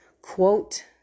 quote